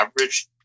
average –